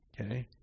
okay